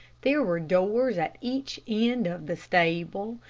there were doors at each end of the stable,